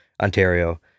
Ontario